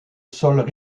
sols